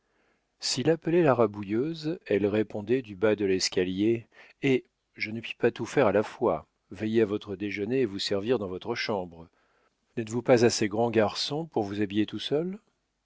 s'il appelait la rabouilleuse elle répondait du bas de l'escalier eh je ne puis pas tout faire à la fois veiller à votre déjeuner et vous servir dans votre chambre n'êtes-vous pas assez grand garçon pour vous habiller tout seul